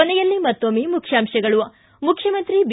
ಕೊನೆಯಲ್ಲಿ ಮತ್ತೊಮ್ಮೆ ಮುಖ್ಯಾಂಶಗಳು ಿ ಮುಖ್ಯಮಂತ್ರಿ ಬಿ